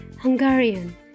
Hungarian